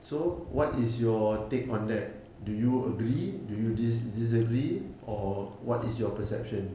so what is your take on that do you agree do you dis~ disagree or what is your perception